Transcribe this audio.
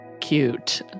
cute